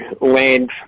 land